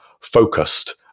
focused